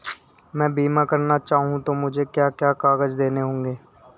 मैं बीमा करना चाहूं तो मुझे क्या क्या कागज़ देने होंगे?